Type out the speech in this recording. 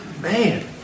man